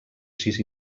sis